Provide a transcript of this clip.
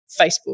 Facebook